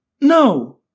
No